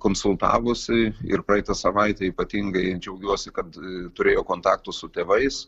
konsultavosi ir praeitą savaitę ypatingai džiaugiuosi kad turėjo kontaktų su tėvais